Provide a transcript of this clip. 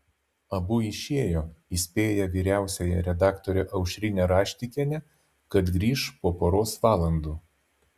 abu išėjo įspėję vyriausiąją redaktorę aušrinę raštikienę kad grįš po poros valandų